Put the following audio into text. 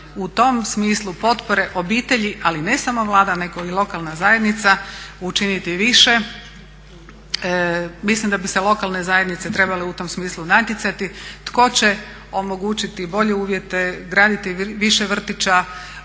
u tom smislu potpore obitelji, ali ne samo Vlada nego i lokalna zajednica učiniti više. Mislim da bi se lokalne zajednice trebale u tom smislu natjecati tko će omogućiti bolje uvjete, graditi više vrtića,